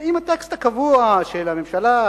עם הטקסט הקבוע על הממשלה,